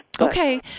Okay